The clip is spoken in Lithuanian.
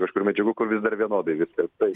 kažkur medžiagų kur vis dar vienodai viskas tai